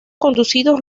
conducidos